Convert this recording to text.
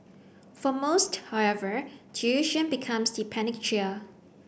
for most however tuition becomes the panacea